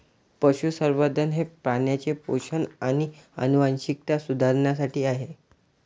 पशुसंवर्धन हे प्राण्यांचे पोषण आणि आनुवंशिकता सुधारण्यासाठी आहे